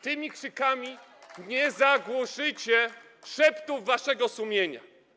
Tymi krzykami nie zagłuszycie szeptów waszego sumienia.